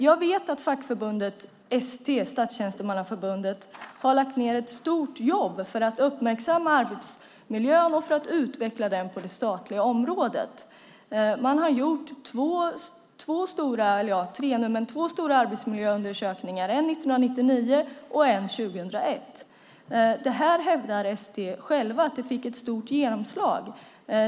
Jag vet att fackförbundet ST, Statstjänstemannaförbundet, har lagt ned ett stort jobb på att uppmärksamma arbetsmiljön och utveckla den på det statliga området. Man har färdigställt två stora arbetsmiljöundersökningar, en 1999 och en 2001. Det här fick ett stort genomslag, hävdar ST.